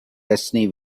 destiny